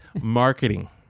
marketing